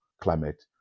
climate